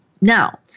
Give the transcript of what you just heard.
Now